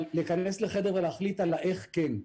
אבל להיכנס לחדר ולהחליט על איך כן,